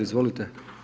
Izvolite.